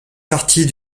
partie